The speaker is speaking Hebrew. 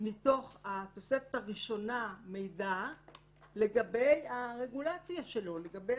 מתוך התוספת הראשונה לגבי הרגולציה שלו, לגבי